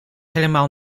helemaal